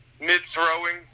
mid-throwing